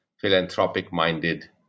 philanthropic-minded